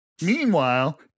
Meanwhile